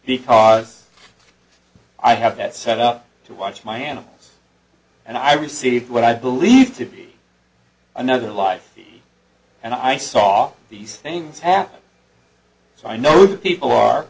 because i have that set up to watch my animals and i receive what i believe to be another life and i saw these things happen so i know people are